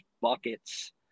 buckets